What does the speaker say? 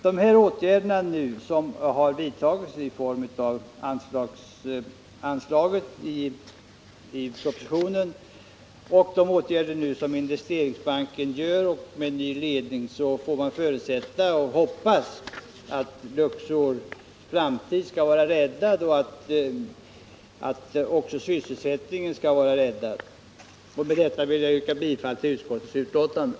Med de åtgärder som vidtas, dvs. det anslag som föreslås i propositionen och de insatser och den nya ledning som Investeringsbanken nu svarar för får man hoppas och förutsätta att Luxors framtid och också sysselsättningen vid företaget skall vara räddade. Med det anförda vill jag yrka bifall till utskottets hemställan.